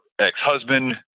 ex-husband